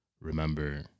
remember